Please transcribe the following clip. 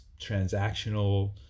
transactional